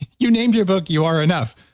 you named your book you are enough.